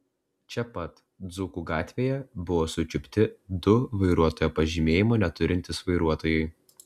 čia pat dzūkų gatvėje buvo sučiupti du vairuotojo pažymėjimo neturintys vairuotojai